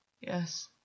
Yes